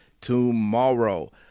tomorrow